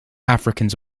africans